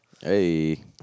Hey